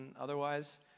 otherwise